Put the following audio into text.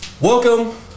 Welcome